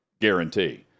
guarantee